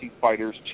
fighters